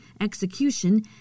execution